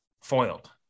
foiled